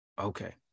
Okay